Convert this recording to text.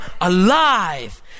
alive